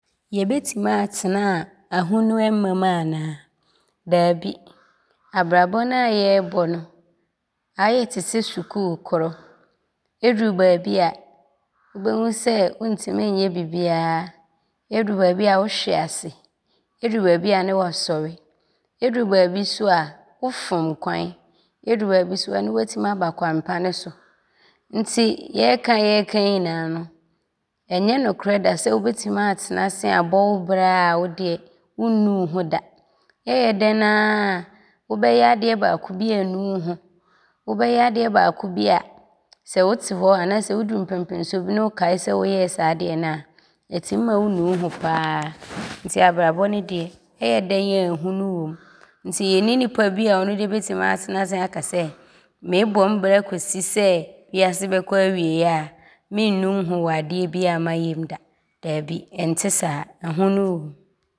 Yɛbɛtim aatena a ahonu ɔmmam anaa? Daabi. Abrabɔ no a yɛɛbɔ no, aayɛ te sɛ sukuukorɔ. Ɔduru baabi a wobɛhu sɛ, wontim nyɛ bibiaa. Ɔduru baabi a wohwe ase. Ɔduru baabi a ne woasɔre. Ɔduru baabi so a, wofom kwan. Ɔduru baabi so a ne woatim aba kwan pa so nti yɛɛka a yɛɛka yi nyinaa no, ɔnyɛ nokorɛ da sɛ wobɛtim aatena ase aabɔ wo bra ara wo deɛ wonnu wo ho da. Ɔyɛ dɛ ara, wobɛyɛ adeɛ baako bi aanu wo ho a sɛ wote hɔ anaa woduru mpɛmpɛnsoɔ bi ne wokae sɛ woyɛɛ saa adeɛ no a, ɔtim ma wonu wo ho pa ara nti abrabɔ no deɛ ɔyɛ dɛ ara ahonu wom nti yɛnni nnipa bi a ɔno deɛ bɛtim atena ase aka sɛ meebɔ mbra aakɔsi sɛ wiase bɛkɔ awieeɛ a menu nho wɔ adeɛ biaa mayɛ mu da. Daabi, ɔnte saa ahonu wom.